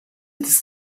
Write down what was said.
this